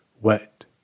wet